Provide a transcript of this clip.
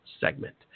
segment